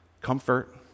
comfort